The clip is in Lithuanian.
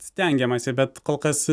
stengiamasi bet kol kas